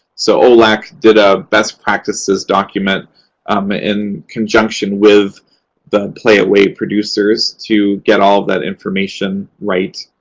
so olac did a best-practices document in conjunction with the playaway producers to get all of that information right.